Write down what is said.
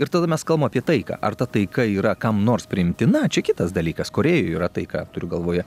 ir tada mes kalbam apie taiką ar ta taika yra kam nors priimtina čia kitas dalykas korėjoj yra taika turiu galvoje